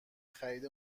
خرید